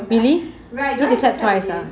really then you clap twice ah